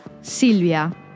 Silvia